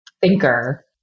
thinker